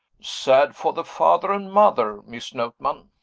sad for the father and mother, miss notman!